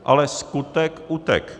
Ale skutek utek.